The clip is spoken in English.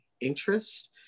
interest